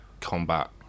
combat